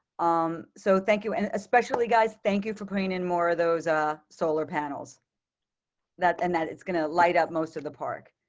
um, so thank you. and especially guys thank you for putting in more of those a solar panels that and that it's going to light up most of the park.